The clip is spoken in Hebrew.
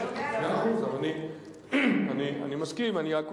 השופט שומע את כל הצדדים.